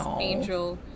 angel